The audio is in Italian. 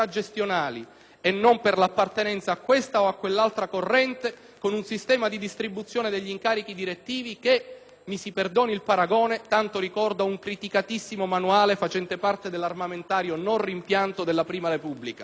e non per l'appartenenza a questa o a quell'altra corrente, con un sistema di distribuzione degli incarichi direttivi che, mi si perdoni il paragone, tanto ricorda un criticatissimo manuale facente parte dell'armamentario non rimpianto della prima Repubblica.